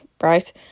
right